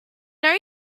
know